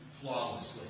flawlessly